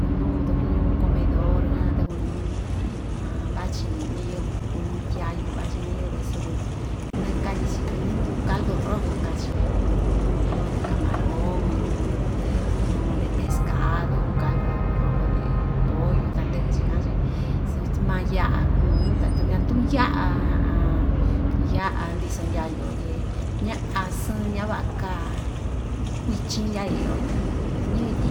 Minuu tukuñu comedor jan takuñu vachi ñiyɨvɨ kuñi ndyayu vachi ñiyɨvɨ suku ñakatyi‑chi kuñi nuu caldo rojo kachí nuu nuu de camaron nuu nuu de pescado un caldo rojo de pollo tandɨ'ɨ chikan‑chi suu‑tu maa ya'a kuu nuu tatu ñatuu ya'a ya'a ndiso ndyayu‑yo tyi ña‑asɨɨn ña‑va'a kaa kuichin ndyayu‑yo ña iyo ñɨvɨ tyi